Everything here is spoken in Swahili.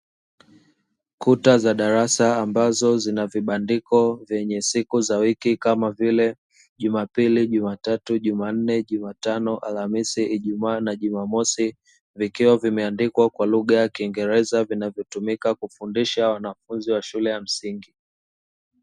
Kuta za darasa ambazo zina vibandiko vyenye siku za wiki kama vile: Jumapili, Jumatatu, Jumanne, Jumatano, Alhamishi, Ijumaa na Juma mosi. Vikiwa vimeandikwa kwa lugha ya kiingereza vinavyotumika kufundisha wanafunzi wa shule ya msingi.